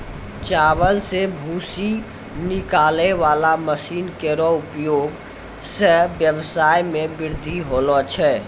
चावल सें भूसी निकालै वाला मसीन केरो उपयोग सें ब्यबसाय म बृद्धि होलो छै